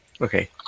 Okay